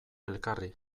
elkarri